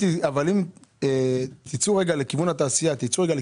אבל אם תצאו לכיוון התעשייה רגע,